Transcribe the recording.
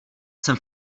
sem